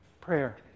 Prayer